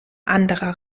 anderer